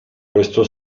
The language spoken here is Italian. questo